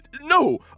No